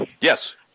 Yes